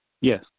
Yes